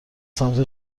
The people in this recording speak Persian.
سمت